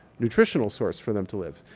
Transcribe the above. nutritional source for them to live.